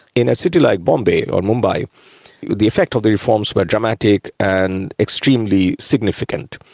in a city like bombay or mumbai the effects of the reforms were dramatic and extremely significant.